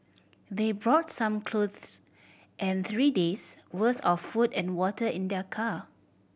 they brought some clothes and three days' worth of food and water in their car